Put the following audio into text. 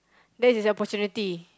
that is opportunity